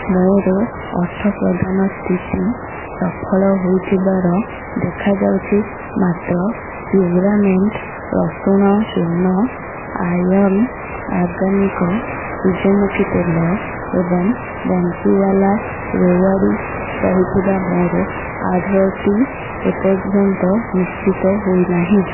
ମୋର ଅର୍ଥ ପ୍ରଦାନ ସ୍ଥିତି ସଫଳ ହୋଇଥିବାର ଦେଖାଉଛି ମାତ୍ର ପ୍ୟୁରାମେଟ୍ ରସୁଣ ଚୂର୍ଣ୍ଣ ଆଇରନ୍ ଅର୍ଗାନିକ ସୂର୍ଯ୍ୟମୁଖୀ ତେଲ ଏବଂ ବଂଶୀୱାଲା ରେୱଡ଼ି ରହିଥିବା ମୋ ଅର୍ଡ଼ର୍ଟି ଏପର୍ଯ୍ୟନ୍ତ ନିଶ୍ଚିତ ହୋଇନାହିଁ